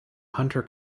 hunter